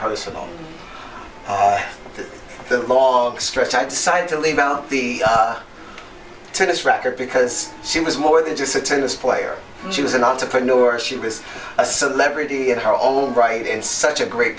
personal the log stretch i decided to leave out the tennis record because she was more than just a tennis player she was an entrepreneur she was a celebrity in her own right and such a great